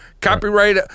copyright